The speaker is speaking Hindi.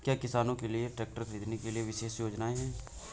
क्या किसानों के लिए ट्रैक्टर खरीदने के लिए विशेष योजनाएं हैं?